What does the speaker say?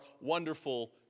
wonderful